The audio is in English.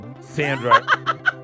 Sandra